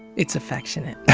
it's affectionate.